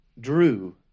drew